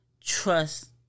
trust